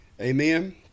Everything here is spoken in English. Amen